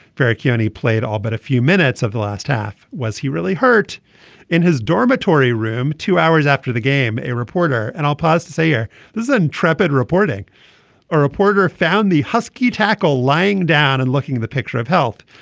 very kuni played all but a few minutes of the last half. was he really hurt in his dormitory room two hours after the game. a reporter and i'll pause to say here there's an intrepid reporting a reporter found the husky tackle lying down and looking at the picture of health.